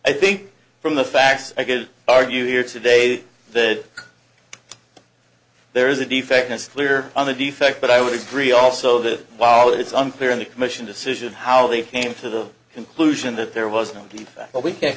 i think from the facts i could argue here today that there is a defect this clear on the defect but i would agree also that while it's unclear in the commission decision how they frame to the conclusion that there wasn't anything but we can